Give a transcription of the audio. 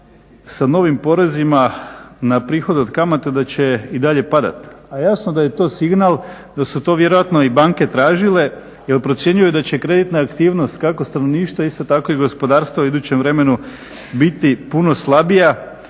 sa novim porezima na prihod od kamata da će i dalje padati. A jasno da je to signal da su to vjerojatno i banke tražile jer procjenjuju da će kreditna aktivnost kako stanovništva isto tako i gospodarstva u idućem vremenu biti puno slabija